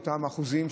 אותם האחוזים,